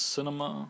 Cinema